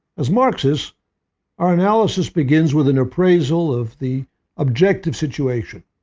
as marxists our analysis begins with an appraisal of the objective situation.